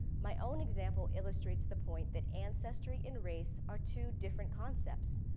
my own example illustrates the point that ancestry and race are two different concepts.